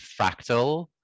fractal